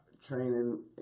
Training